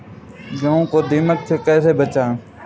गेहूँ को दीमक से कैसे बचाएँ?